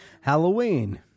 Halloween